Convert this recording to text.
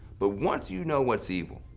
but once you know what's evil,